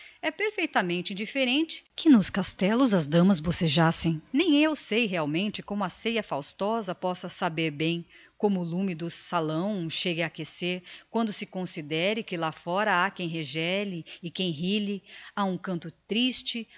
é perfeitamente indifferente que nos castellos as damas bocejassem nem eu sei realmente como a ceia faustosa possa saber bem como o lume do salão chegue a aquecer quando se considere que lá fóra ha quem regele e quem rilhe a um canto triste